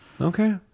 Okay